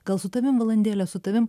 gal su tavim valandėlę su tavim